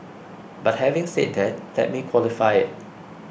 but having said that let me qualify it